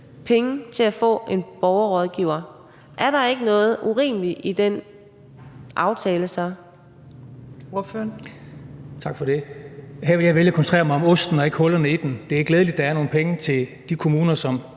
penge til så at få en borgerrådgiver. Er der ikke noget urimeligt i den aftale så?